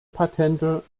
patente